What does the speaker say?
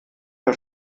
das